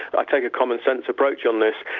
but i take a commonsense approach on this.